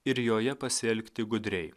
ir joje pasielgti gudriai